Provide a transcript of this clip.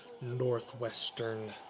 Northwestern